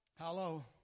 hello